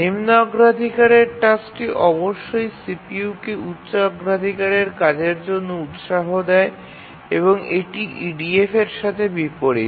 নিম্ন অগ্রাধিকারের টাস্কটি অবশ্যই CPU কে উচ্চ অগ্রাধিকারের কাজের জন্য উত্সাহ দেয় এবং এটি EDF এর সাথে বিপরীত